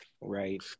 Right